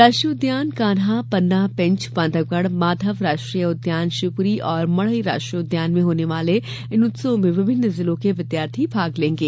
राष्ट्रीय उद्यान कान्हा पन्ना पेंच बांधवगढ़ माधव राष्ट्रीय उद्यान शिवपुरी और मढ़ई राष्ट्रीय उद्यान में होने वाले इन उत्सवों में विभिन्न जिलों के विद्यार्थी भाग लेंगे